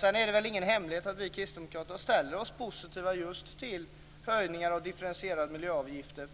Sedan är det väl ingen hemlighet att vi kristdemokrater ställer oss positiva just till höjningar av differentierade miljöavgifter